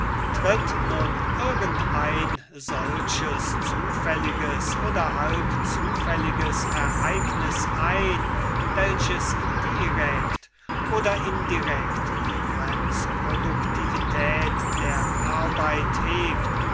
tritt nun irgend ein solches zufälliges oder halbzufälliges ereignis ein welches direkt oder indirekt die grenzproduktivität der arbeit hebt